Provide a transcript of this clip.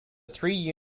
three